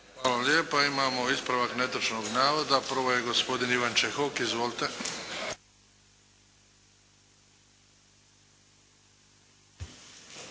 Hvala lijepa. Imamo ispravak netočnog navoda. Prvo je gospodin Ivan Čehok. Izvolite.